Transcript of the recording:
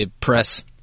press